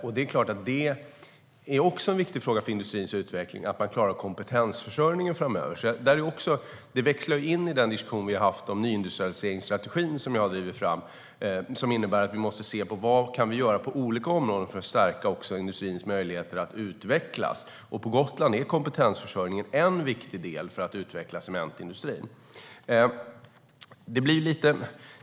Att man klarar kompetensförsörjningen framöver är en viktig fråga för industrins utveckling. Det växlar in i den diskussion vi har haft om nyindustrialiseringsstrategin, som jag har drivit fram och som innebär att vi måste se på vad vi kan göra på olika områden för att stärka industrins möjligheter att utvecklas. På Gotland är kompetensförsörjning en viktig del för att utveckla cementindustrin.